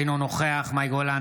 אינו נוכח מאי גולן,